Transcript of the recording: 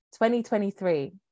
2023